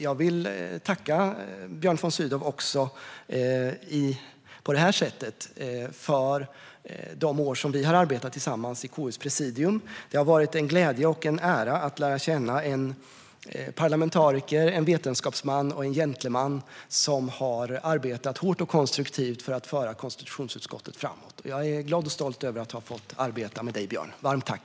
Jag vill tacka Björn von Sydow också på det här sättet för de år vi har arbetat tillsammans i KU:s presidium. Det har varit en glädje och en ära att lära känna en parlamentariker, vetenskapsman och gentleman som har arbetat hårt och konstruktivt för att föra konstitutionsutskottet framåt. Jag är glad och stolt över att ha fått arbeta med dig, Björn. Varmt tack!